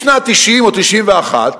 משנת 1990 או 1991,